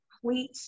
complete